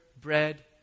bread